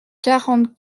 quarante